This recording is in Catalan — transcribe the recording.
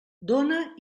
dóna